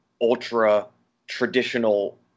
ultra-traditional